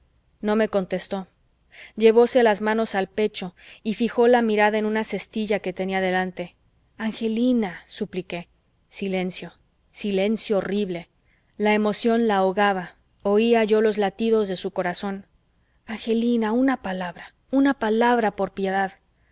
no me contestó llevóse las manos al pecho y fijó la mirada en una cestilla que tenía delante angelina supliqué silencio silencio horrible la emoción la ahogaba oía yo los latidos de su corazón angelina una palabra una palabra por piedad